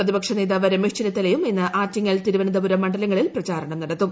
പ്രതിപക്ഷ നേതാവ് രമേശ് ചെന്നിത്തലയും ഇന്ന് ആറ്റിങ്ങൽ തിരുവനന്തപുരം മണ്ഡലങ്ങളിൽ പ്രചാരണം നടത്തും